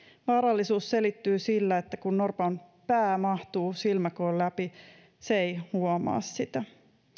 vaarallisuus selittyy sillä että kun norpan pää mahtuu silmäkoon läpi se ei huomaa sitä